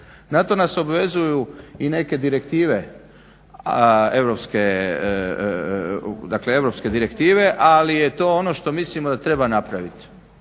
Na to nas obvezuju i neke direktive europske direktive, ali je to ono što mislimo da treba napraviti.